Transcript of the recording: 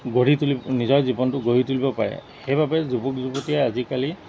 গঢ়ি তুলিব নিজৰ জীৱনটো গঢ়ি তুলিব পাৰে সেইবাবে যুৱক যুৱতীয়ে আজিকালি